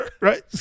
right